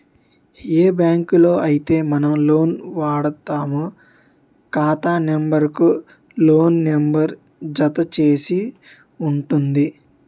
ఏ బ్యాంకులో అయితే మనం లోన్ వాడుతామో ఖాతా నెంబర్ కు లోన్ నెంబర్ జత చేసి ఉంటుంది